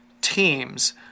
teams